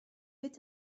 est